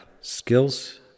skills